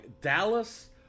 Dallas